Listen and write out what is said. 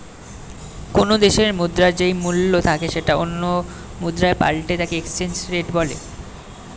কোনো দেশের মুদ্রার যেই মূল্য থাকে সেটা অন্য মুদ্রায় পাল্টালে তাকে এক্সচেঞ্জ রেট বলে